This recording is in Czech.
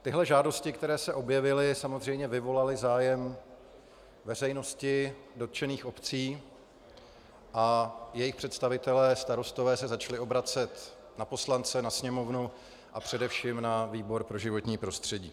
Tyhle žádosti, které se objevily, samozřejmě vyvolaly zájem veřejnosti, dotčených obcí a jejich představitelé, starostové, se začali obracet na poslance, na Sněmovnu a především na výbor pro životní prostředí.